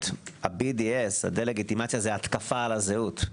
ה-BDS, הדה לגיטימציה היא התקפה על הזהות.